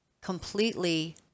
completely